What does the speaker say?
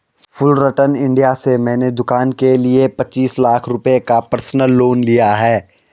Fullerton India से मैंने दूकान के लिए पचीस लाख रुपये का पर्सनल लोन लिया है